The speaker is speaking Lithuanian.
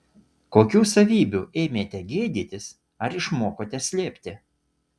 kokių savybių ėmėte gėdytis ar išmokote slėpti